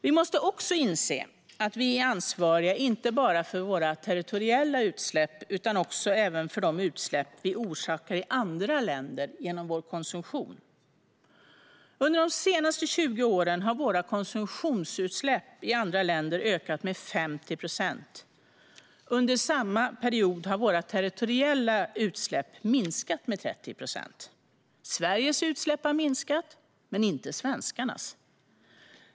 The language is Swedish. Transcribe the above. Vi måste också inse att vi är ansvariga inte bara för våra territoriella utsläpp utan även för de utsläpp vi orsakar i andra länder genom vår konsumtion. Under de senaste 20 åren har våra konsumtionsutsläpp i andra länder ökat med 50 procent. Under samma period har våra territoriella utsläpp minskat med 30 procent. Sveriges utsläpp har minskat, men inte svenskarnas.